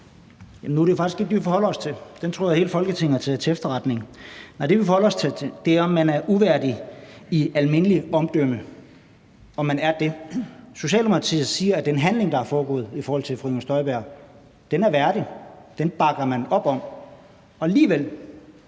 er det faktisk ikke det, vi forholder os til, for det tror jeg at hele Folketinget har taget til efterretning. Nej, det, vi forholder os til, er, om man er uværdig i almindeligt omdømme, altså om man er dét. Socialdemokratiet siger, at den handling, fru Inger Støjberg har foretaget, er værdig; den bakker man op om. Og alligevel